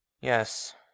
Yes